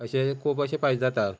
अशें खूब अशें फायदे जाता